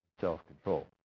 self-control